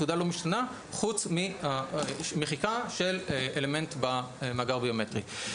התעודה לא משתנה חוץ מהמחיקה של אלמנט במאגר הביומטרי.